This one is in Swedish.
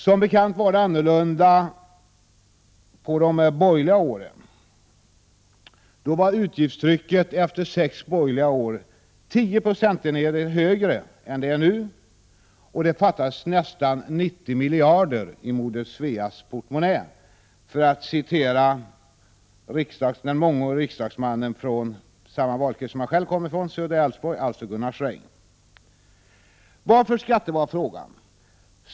Som bekant var det annorlunda under de borgerliga åren. Då var utgiftstrycket efter sex borgerliga år 10 procentenheter högre än vad det är nu, och det fattades nästan 90 miljarder kronor i ”Moder Sveas” portmonnä. Jag refererar till en riksdagsman från samma valkrets som den jag kommer ifrån, Södra Älvsborg, dvs. Gunnar Sträng. Varför skatter?, löd frågan.